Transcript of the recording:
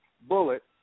bullet